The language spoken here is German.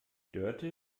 dörte